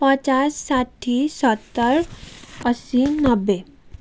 पचास साठी सत्तर असी नब्बे